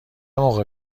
موقع